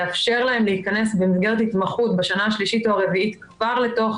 לאפשר להם להיכנס במסגרת התמחות בשנה השלישית או הרביעית כבר לתוך